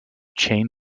chain